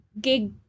gig